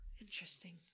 Interesting